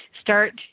start